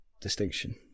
distinction